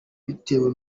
bitewe